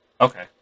Okay